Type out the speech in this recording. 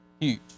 Huge